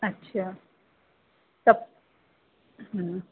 अछा त